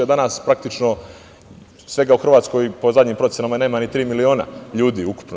Danas, praktično, svega u Hrvatskoj po zadnjim procenama nema ni tri miliona ljudi ukupno.